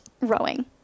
rowing